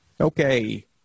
Okay